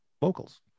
vocals